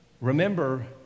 Remember